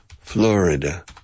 Florida